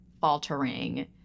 faltering